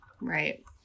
Right